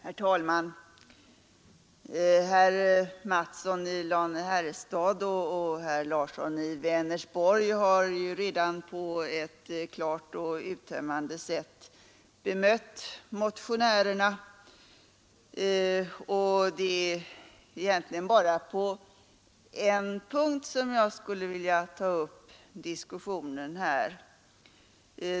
Herr talman! Herr Mattsson i Lane-Herrestad och herr Larsson i Vänersborg har redan klart och uttömmande bemött motionärerna. Det är egentligen bara på en punkt som jag skulle vilja ta upp diskussionen här.